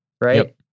right